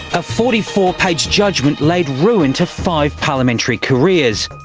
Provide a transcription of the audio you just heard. a forty four page judgement laid ruin to five parliamentary careers.